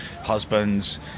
husbands